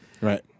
Right